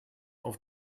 auf